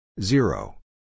Zero